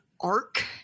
arc